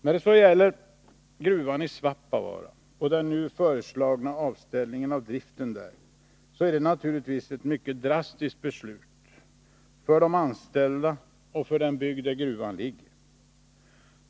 När det gäller gruvan i Svappavaara och den nu föreslagna avställningen av driften där så är detta naturligtvis ett mycket drastiskt beslut både för de anställda och för den bygd där gruvan ligger.